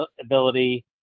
ability